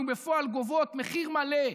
ובפועל גובות מחיר מלא.